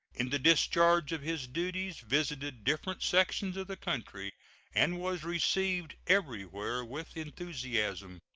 in the discharge of his duties visited different sections of the country and was received everywhere with enthusiasm.